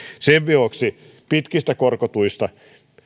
sen vuoksi pitkistä korkotuista